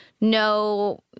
no